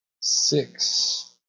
six